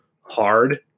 hard